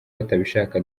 batabishaka